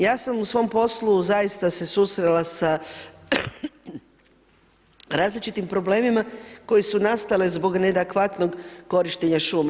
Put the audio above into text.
Ja sam u svom poslu zaista se susrela sa različitim problemima koji su nastale zbog neadekvatnog korištenja šuma.